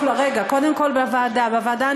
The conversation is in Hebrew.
בוועדה,